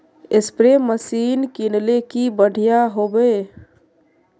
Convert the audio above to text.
Spray machine किनले की बढ़िया होबवे?